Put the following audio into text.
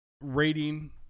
Rating